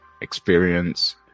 experience